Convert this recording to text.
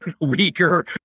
weaker